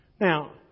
Now